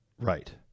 Right